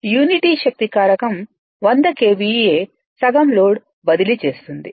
unity శక్తి కారకం 100 KVA సగంలోడ్ బదిలీ చేస్తుంది